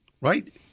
right